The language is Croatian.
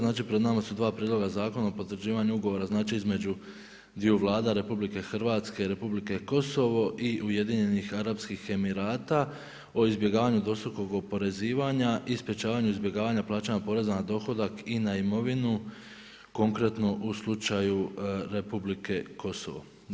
Znači pred nama su dva prijedloga Zakona o potvrđivanju ugovora, znači između dviju Vlada RH, Republike Kosovo i Ujedinjenih Arapskih Emirata o izbjegavanju dvostrukog oporezivanja i sprječavanja izbjegavanja plaćanja poreza na dohodak i na imovinu konkretno u slučaju Republike Kosovo.